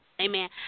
Amen